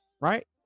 right